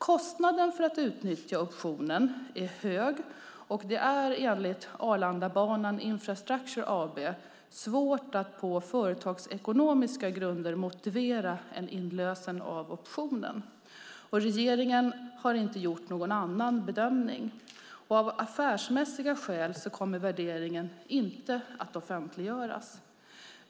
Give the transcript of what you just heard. Kostnaden för att utnyttja optionen är hög, och det är enligt Arlandabanan Infrastructure AB svårt att på företagsekonomiska grunder motivera inlösen av optionen. Regeringen har inte gjort någon annan bedömning. Av affärsmässiga skäl kommer värderingen inte att offentliggöras.